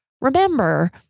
remember